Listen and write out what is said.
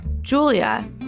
Julia